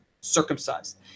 circumcised